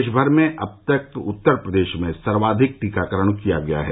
देशमर में अब तक उत्तर प्रदेश में सर्वाधिक टीकाकरण किया गया है